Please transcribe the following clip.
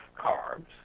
carbs